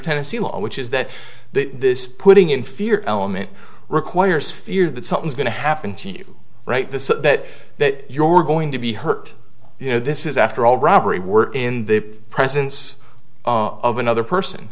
tennessee law which is that this putting in fear element requires fear that something's going to happen to you right this that that your going to be hurt you know this is after all robbery we're in the presence of another person